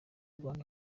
rwanda